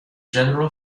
general